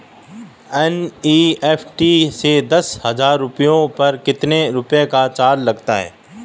NEFT से दस हजार रुपयों पर कितने रुपए का चार्ज लगता है?